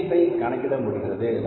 பங்களிப்பை கணக்கிட முடிகிறது